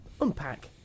unpack